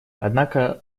однако